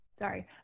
sorry